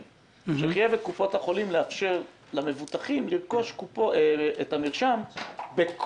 את המרשם בכל אחד מבתי המרקחת באופן חופשי.